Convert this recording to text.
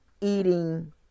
eating